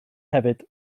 hefyd